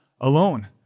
alone